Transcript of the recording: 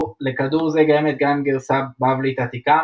לכדור זה קיימת גם גרסה בבלית עתיקה,